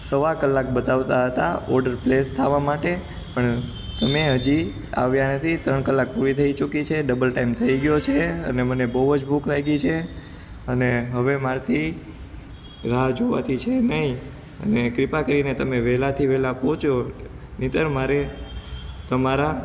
સવા કલાક બતાવતા હતા ઓડર પ્લેસ થવા માટે પણ તમે હજી આવ્યા નથી ત્રણ કલાક પૂરી થઈ ચૂકી છે ડબલ ટાઈમ થઈ ગયો છે અને મને બહુ જ ભૂખ લાગી છે અને હવે મારથી રાહ જોવાતી છે નહીં અને કૃપા કરીને તમે વહેલાથી વહેલા પહોંચો નહીંતર મારે તમારા